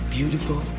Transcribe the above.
Beautiful